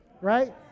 right